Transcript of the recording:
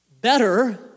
better